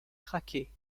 craquer